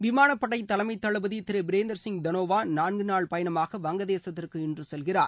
விமானப் படை தலைமை தளபதி திரு பிரேந்திர சிங் தனோவா நான்கு நாள் பயணமாக வங்க தேசத்திற்கு இன்று செல்கிறார்